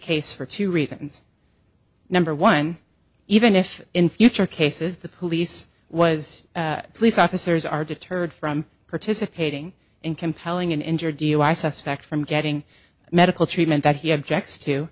case for two reasons number one even if in future cases the police was police officers are deterred from participating in compelling an injured dui suspect from getting medical treatment that he objects to